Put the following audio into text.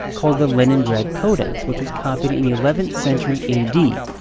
called the leningrad codex, which was copied in the eleventh century a d.